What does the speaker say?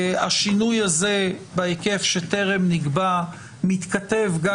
השינוי הזה בהיקף שטרם נקבע מתכתב גם